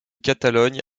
catalogne